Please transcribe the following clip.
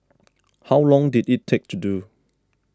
how long did it take to do